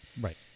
Right